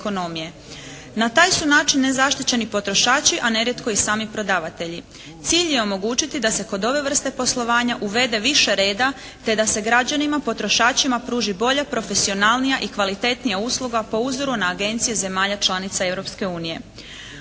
Na taj su način nezaštićeni potrošači a nerijetko i sami prodavatelji. Cilj je omogućiti da se kod ove vrste poslovanja uvede više reda te da se građanima potrošačima pruži bolja, profesionalnija i kvalitetnija usluga po uzoru na agencije zemalja članica